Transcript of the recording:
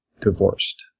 divorced